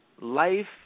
life